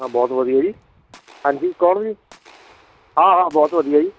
ਹਾਂ ਬਹੁਤ ਵਧੀਆ ਜੀ ਹਾਂਜੀ ਕੌਣ ਜੀ ਹਾਂ ਹਾਂ ਬਹੁਤ ਵਧੀਆ ਜੀ